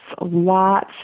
lots